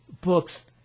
books